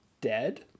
dead